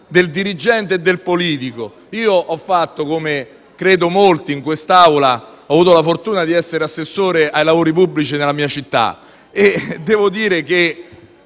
del dirigente e del politico. Io - come credo molti in quest'Aula - ho avuto la fortuna di essere assessore ai lavori pubblici nella mia città. Devo dire che